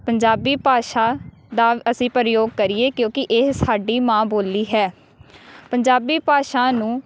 ਪੰਜਾਬੀ ਭਾਸ਼ਾ ਦਾ ਅਸੀਂ ਪ੍ਰਯੋਗ ਕਰੀਏ ਕਿਉਂਕਿ ਇਹ ਸਾਡੀ ਮਾਂ ਬੋਲੀ ਹੈ ਪੰਜਾਬੀ ਭਾਸ਼ਾ ਨੂੰ